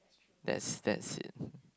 that's that's it